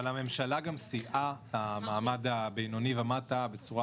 אבל הממשלה גם סייעה למעמד הבינוני ומטה בצורה